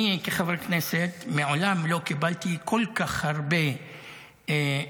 אני כחבר כנסת מעולם לא קיבלתי כל כך הרבה מכתבי